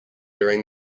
during